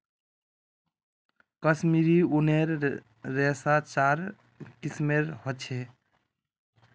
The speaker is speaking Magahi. कश्मीरी ऊनेर रेशा चार किस्मेर ह छे